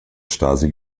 stasi